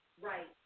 Right